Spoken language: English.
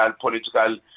political